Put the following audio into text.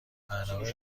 برنامه